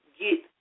get